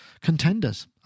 contenders